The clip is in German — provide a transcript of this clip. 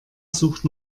sucht